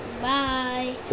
Bye